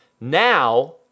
now